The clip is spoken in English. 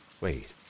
Wait